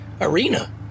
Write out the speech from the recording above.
arena